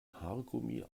haargummi